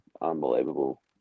unbelievable